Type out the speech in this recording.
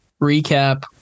recap